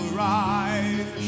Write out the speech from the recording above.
rise